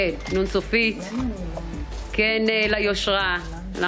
הכנסת יוסי טייב העלה נקודה מאוד חשובה.